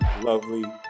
lovely